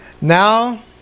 Now